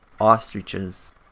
ostriches